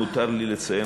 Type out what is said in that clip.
אם מותר לי לציין,